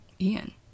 Ian